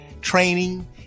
training